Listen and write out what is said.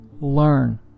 learn